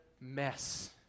mess